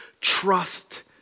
trust